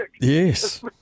Yes